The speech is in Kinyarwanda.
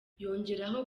yongeraho